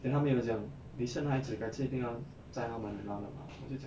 then 他们有讲你生孩子改次一定要载他们 around 的吗我就讲